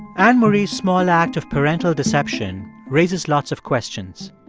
anne marie's small act of parental deception raises lots of questions